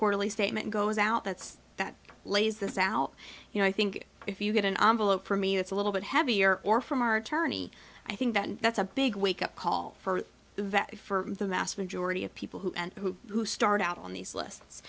quarterly statement goes out that's that lays this out you know i think if you get an awful lot for me it's a little bit heavier or from our attorney i think that that's a big wake up call for that for the vast majority of people who and who who start out on these lists